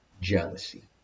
jealousy